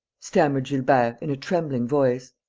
stammered gilbert, in a trembling voice.